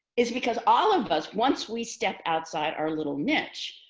is because all of us, once we step outside our little niche,